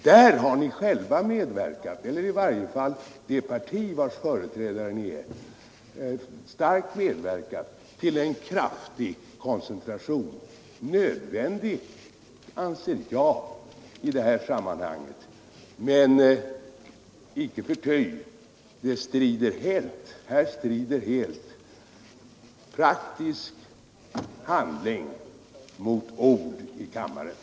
Där har vi själva, eller i varje fall centerpartiet, starkt medverkat till en kraftig koncentration, nödvändig i detta sammanhang, anser jag, men icke förty: här strider helt praktisk handling mot ord i kammaren.